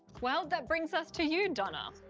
well, that brings us to you, donna.